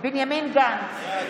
בנימין גנץ,